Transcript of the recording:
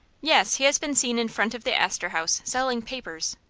yes, he has been seen in front of the astor house, selling papers.